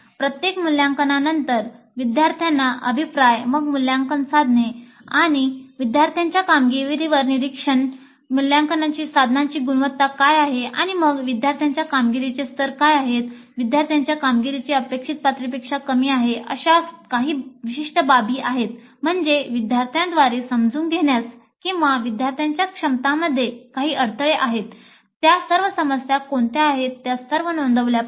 प्रत्येक मूल्यांकनानंतर विद्यार्थ्यांना अभिप्राय मग मूल्यांकन साधने आणि विद्यार्थ्यांच्या कामगिरीवर निरीक्षणे मूल्यांकन साधनाची गुणवत्ता काय आहे आणि मग विद्यार्थ्यांच्या कामगिरीचे स्तर काय आहेत विद्यार्थ्यांची कामगिरी अपेक्षित पातळीपेक्षा कमी आहे अशा काही विशिष्ट बाबी आहेत म्हणजे विद्यार्थ्यांद्वारे समजून घेण्यास किंवा विद्यार्थ्यांच्या क्षमतांमध्ये काही अडथळे आहेत त्या सर्व समस्या कोणत्या आहेत त्या सर्व नोंदवल्या पाहिजेत